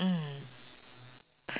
mm